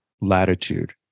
latitude